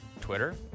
twitter